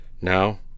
Now